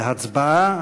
בהצבעה.